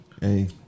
Hey